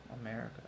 America